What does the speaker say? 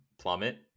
plummet